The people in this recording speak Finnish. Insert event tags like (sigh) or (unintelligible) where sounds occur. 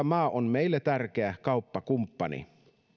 (unintelligible) maa on meille tärkeä kauppakumppani